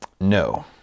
No